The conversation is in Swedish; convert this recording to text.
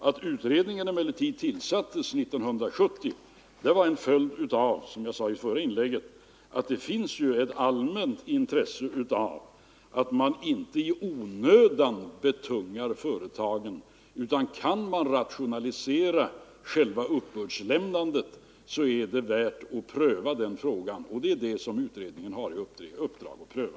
Att utredningen sedan tillsattes 1970 var, som jag sade i mitt förra inlägg, en följd av att det finns ett allmänt intresse av att inte i onödan betunga företagen. Om man kan rationalisera själva uppgiftslämnandet, så är det en fråga som är värd att pröva, och det är den saken som utredningen har i uppdrag att undersöka.